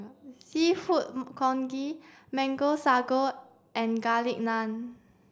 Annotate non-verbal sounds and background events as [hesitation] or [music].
seafood [hesitation] congee mango sago and garlic naan